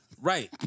right